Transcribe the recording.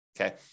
okay